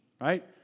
right